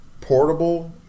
portable